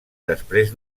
després